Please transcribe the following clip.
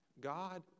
God